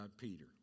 Peter